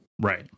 right